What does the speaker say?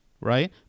right